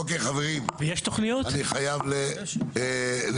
אוקיי חברים, אני חייב לסיים.